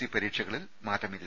E പരീ ക്ഷകളിൽ മാറ്റമില്ല